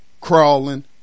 crawling